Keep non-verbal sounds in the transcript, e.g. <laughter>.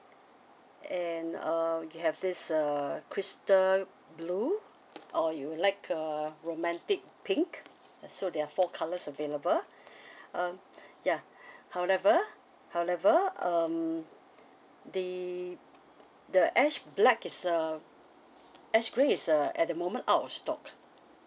and uh we have this uh crystal blue or you would like uh romantic pink so there are four colours available <breath> uh ya <breath> however however um the the ash black is uh ash grey is uh at the moment out of stock